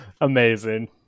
Amazing